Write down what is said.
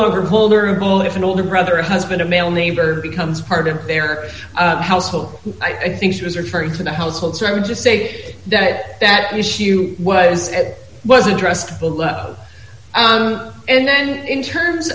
only if an older brother a husband a male neighbor becomes part of their household i think she was referring to the household so i would just say that that issue was it was addressed and in terms